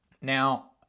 Now